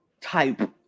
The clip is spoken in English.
type